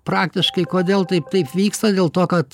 praktiškai kodėl taip taip vyksta dėl to kad